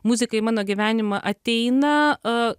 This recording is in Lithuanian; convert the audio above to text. muzika į mano gyvenimą ateina a